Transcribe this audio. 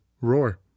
Roar